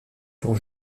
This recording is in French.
pour